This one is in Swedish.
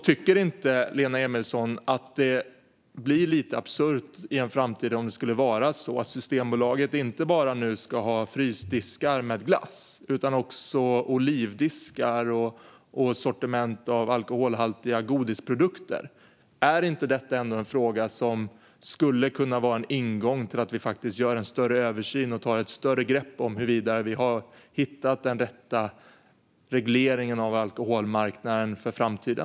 Tycker inte Lena Emilsson att det blir lite absurt om Systembolaget i framtiden inte bara ska ha frysdiskar med glass utan också olivdiskar och ett sortiment av alkoholhaltiga godisprodukter? Skulle inte detta kunna vara en ingång till att vi gör en större översyn och tar ett större grepp om huruvida vi har hittat den rätta regleringen av alkoholmarknaden för framtiden?